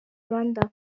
rwanda